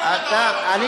אתה יודע את זה?